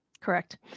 Correct